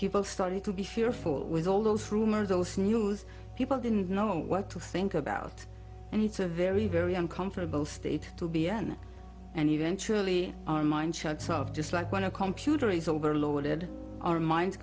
people started to be fearful with all those rumors those news people didn't know what to think about and it's a very very uncomfortable state to be on and eventually our mind shuts off just like when a computer is overloaded our minds